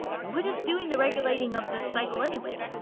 what is doing the regulating of this cycle anyway?